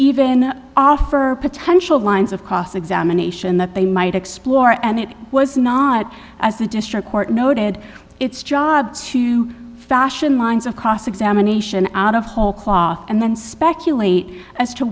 even offer potential lines of cross examination that they might explore and it was not as the district court noted its job to fashion lines of cross examination out of whole cloth and then speculate as to